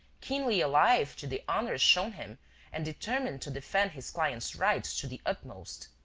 keenly alive to the honour shown him and determined to defend his client's rights to the utmost.